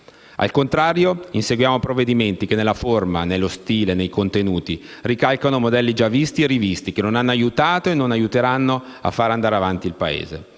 Al contrario, inseguiamo provvedimenti che, nella forma, nello stile e nei contenuti, ricalcano modelli già visti e rivisti, che non hanno aiutato e non aiuteranno a fare andare avanti il Paese.